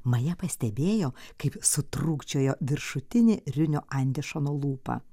maja pastebėjo kaip sutrūkčiojo viršutinė riunio andešono lūpa